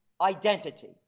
identity